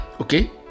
Okay